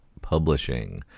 Publishing